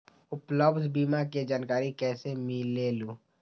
उपलब्ध बीमा के जानकारी कैसे मिलेलु?